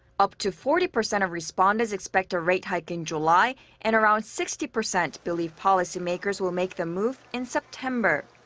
up to forty percent of respondents expect a rate hike in july and round sixty percent believe policymakers will make the move in september.